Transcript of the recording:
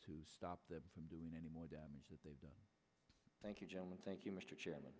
to stop them from doing any more damage that they've done thank you gentlemen thank you mr chairman